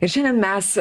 ir šiandien mes